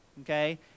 Okay